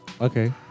okay